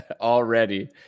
Already